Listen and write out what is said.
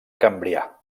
cambrià